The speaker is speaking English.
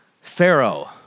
Pharaoh